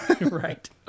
Right